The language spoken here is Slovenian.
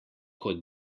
kot